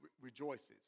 rejoices